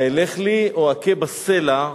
"או אכה בסלע"